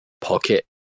pocket